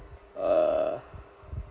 uh